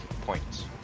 points